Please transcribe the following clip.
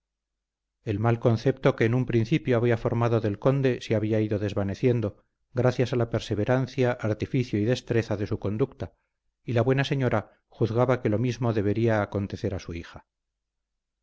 el mal concepto que en un principio había formado del conde se había ido desvaneciendo gracias a la perseverancia artificio y destreza de su conducta y la buena señora juzgaba que lo mismo debería acontecer a su hija